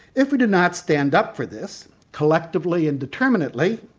if we do not stand up for this collectively and determinately,